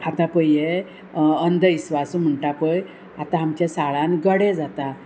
आतां पळय हे अंधविस्वास म्हणटा पळय आतां आमच्या साळान गडे जाता